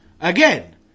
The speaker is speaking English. again